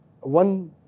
one